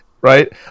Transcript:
right